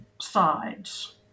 sides